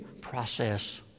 process